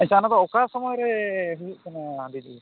ᱟᱪᱪᱷᱟ ᱚᱱᱟ ᱫᱚ ᱚᱠᱟ ᱥᱚᱢᱚᱭ ᱨᱮ ᱦᱩᱭᱩᱜ ᱠᱟᱱᱟ ᱫᱤᱫᱤ